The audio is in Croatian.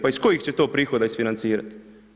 Pa iz kojih će to prihoda isfinancirati.